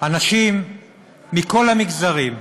אנשים מכל המגזרים,